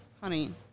honey